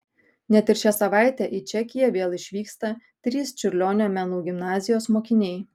net ir šią savaitę į čekiją vėl išvyksta trys čiurlionio menų gimnazijos mokiniai